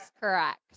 correct